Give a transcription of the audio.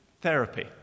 therapy